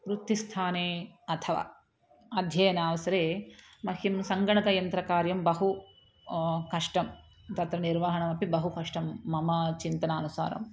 वृत्तिस्थाने अथवा अध्ययनावसरे मह्यं सङ्गणकयन्त्रकार्यं बहु कष्टं तत्र निर्वहणमपि बहु कष्टं मम चिन्तनानुसारम्